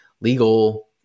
legal